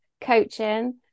coaching